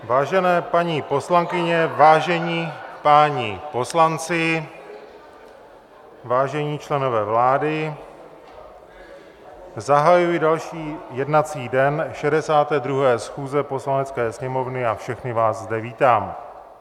Vážené paní poslankyně, vážení páni poslanci, vážení členové vlády, zahajuji další jednací den 62. schůze Poslanecké sněmovny a všechny vás zde vítám.